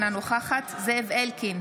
אינה נוכחת זאב אלקין,